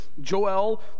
Joel